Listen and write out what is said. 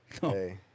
Hey